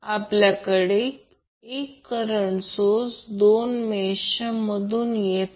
आपल्याकडे 1 current source 2 मेषच्या मधून येत आहे